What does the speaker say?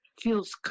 feels